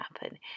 happen